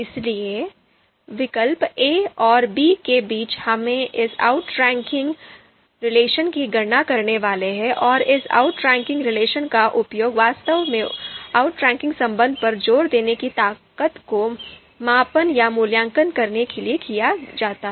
इसलिए विकल्प ए और बी के बीच हम इस outranking relation की गणना करने वाले हैं और इस outranking relation का उपयोग वास्तव में आउट्रैकिंग संबंध पर जोर देने की ताकत को मापने या मूल्यांकन करने के लिए किया जाता है